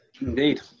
Indeed